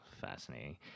fascinating